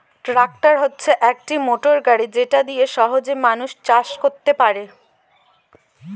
tractor হচ্ছে একটি motor গাড়ি যেটা দিয়ে সহজে মানুষ চাষ করতে পারে